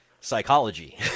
psychology